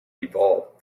evolved